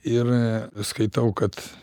ir skaitau kad